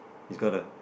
has got a